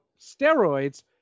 steroids